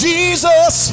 Jesus